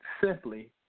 simply